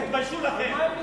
על מה הם נבנו?